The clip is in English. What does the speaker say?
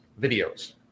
videos